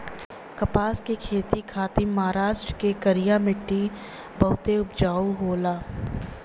कपास के खेती खातिर महाराष्ट्र के करिया मट्टी बहुते उपजाऊ होला